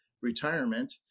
retirement